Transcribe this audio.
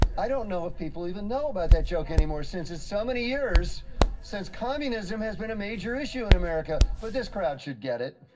i don't know if people even know about that joke any more, since it's so many years since communism has been a major issue in america, but this crowd should get it.